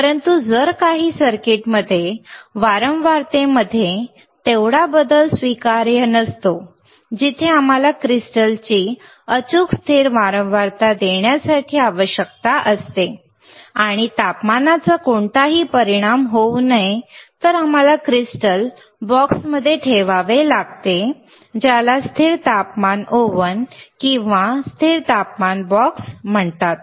परंतु जर काही सर्किट्समध्ये वारंवारतेमध्ये तेवढा बदल स्वीकारार्ह नसतो जिथे आम्हाला क्रिस्टलची अचूक स्थिर वारंवारता देण्याची आवश्यकता असते आणि तापमानाचा कोणताही परिणाम होऊ नये तर आम्हाला क्रिस्टल बॉक्समध्ये ठेवावे लागते ज्याला स्थिर तापमान ओव्हन किंवा स्थिर तापमान बॉक्स म्हणतात